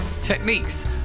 techniques